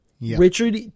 Richard